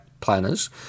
planners